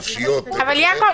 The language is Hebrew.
נפשיות וכולי --- אבל יעקב,